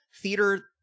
theater